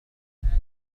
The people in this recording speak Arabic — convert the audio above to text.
هذه